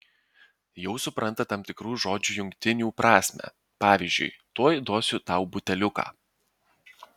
jau supranta tam tikrų žodžių jungtinių prasmę pavyzdžiui tuoj duosiu tau buteliuką